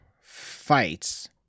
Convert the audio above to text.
fights